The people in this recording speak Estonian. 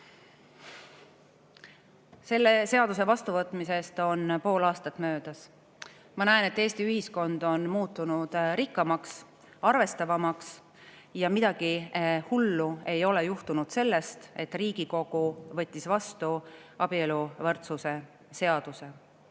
Selle seaduse vastuvõtmisest on pool aastat möödas. Ma näen, et Eesti ühiskond on muutunud rikkamaks, arvestavamaks ja midagi hullu ei ole juhtunud selle pärast, et Riigikogu võttis vastu abieluvõrdsuse seaduse.